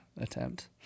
attempt